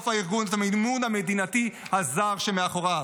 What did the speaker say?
הארגון את המימון המדינתי הזר שמאחוריו.